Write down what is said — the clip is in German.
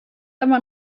aber